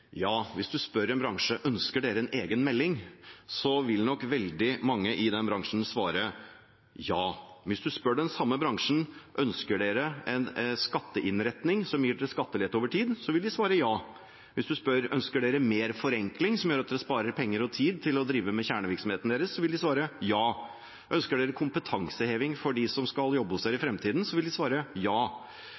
Ja, hvis man spør en bransje: Ønsker dere en egen melding?, vil nok veldig mange i den bransjen svare ja. Men hvis man spør den samme bransjen: Ønsker dere en skatteinnretning som gir dere skattelette over tid?, vil de også svare ja. Hvis man spør: Ønsker dere mer forenkling, som gjør at dere sparer penger og tid til å drive med kjernevirksomheten deres?, vil de svare ja. Hvis man spør: Ønsker dere kompetanseheving for dem som skal jobbe hos dere i fremtiden?, vil de svare ja.